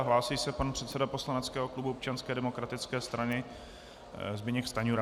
Hlásí se předseda poslaneckého klubu Občanské demokratické strany Zbyněk Stanjura.